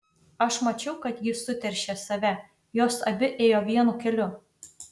aš mačiau kad ji suteršė save jos abi ėjo vienu keliu